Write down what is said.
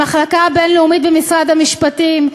המחלקה הבין-לאומית במשרד המשפטים,